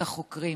את החוקרים.